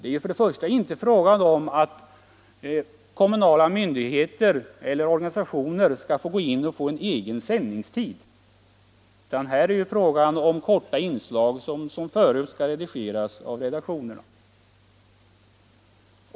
Det är för det första inte fråga om att kommunala myndigheter eller organisationer skall få gå in på egen sändningstid, utan vad det här är fråga om är korta inslag som liksom tidigare skall redigeras av redaktionerna.